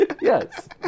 Yes